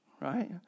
right